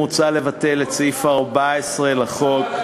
מוצע לבטל את סעיף 14 לחוק,